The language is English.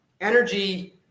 energy